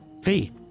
fee